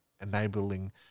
enabling